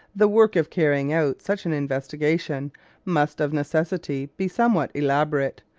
the work of carrying out such an investigation must of necessity be somewhat elaborate,